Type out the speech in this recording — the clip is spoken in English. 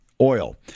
Oil